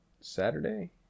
Saturday